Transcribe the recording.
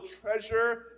treasure